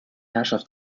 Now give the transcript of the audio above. herrschaft